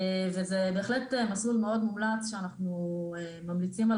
וזה בהחלט מסלול מאוד מומלץ שאנחנו ממליצים על